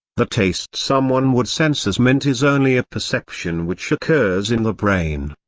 the taste someone would sense as mint is only a perception which occurs in the brain.